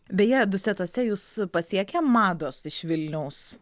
beje dusetose jus pasiekė mados iš vilniaus